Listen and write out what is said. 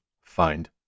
find